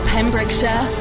Pembrokeshire